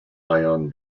ion